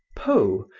poe,